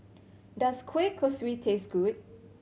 does kueh kosui taste good